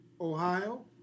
Ohio